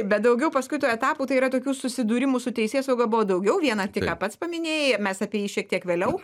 bet daugiau paskaitų etapų tai yra tokių susidūrimų su teisėsauga buvo daugiau vieną tiką pats paminėjai mes apie jį šiek tiek vėliau